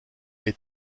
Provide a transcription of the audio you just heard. est